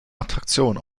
attraktion